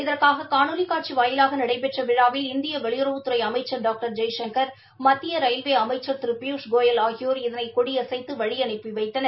இதற்காக காணொலி காட்சி வாயிலாக நடைபெற்ற விழாவில் இந்திய வெளியுறவுத்துறை அமைச்சர் டாங்டர் ஜெய்சுங்கள் மத்திய ரயில்வே அமைச்சர் திரு பியூஷ் கோயல் ஆகியோர் இதனை கொடியசைத்து வழியனுப்பி வைத்தனர்